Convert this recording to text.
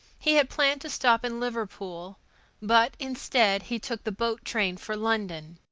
he had planned to stop in liverpool but, instead, he took the boat train for london.